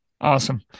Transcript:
Awesome